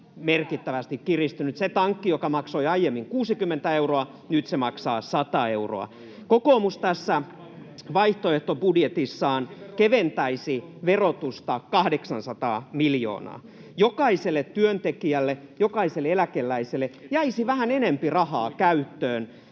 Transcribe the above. merkittävästi kiristynyt. Se tankki, joka maksoi aiemmin 60 euroa, maksaa nyt 100 euroa. Kokoomus tässä vaihtoehtobudjetissaan keventäisi verotusta 800 miljoonaa. Jokaiselle työntekijälle, jokaiselle eläkeläiselle jäisi vähän enempi rahaa käyttöön,